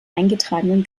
eingetragenen